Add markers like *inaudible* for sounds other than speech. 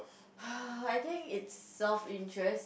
*noise* I think its self interest